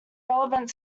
relevant